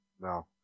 no